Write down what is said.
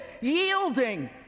yielding